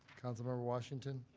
councilmember washington.